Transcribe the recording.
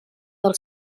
del